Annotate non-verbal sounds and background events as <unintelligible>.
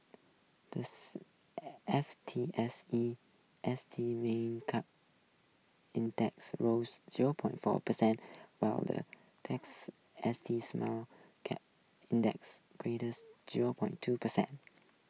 the <unintelligible> F T S E S T Mid Cap Index rose zero point four percent while the next S T Small Cap next <unintelligible> zero point two percent